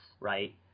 Right